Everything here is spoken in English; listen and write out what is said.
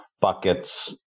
buckets